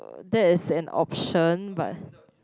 that is an option but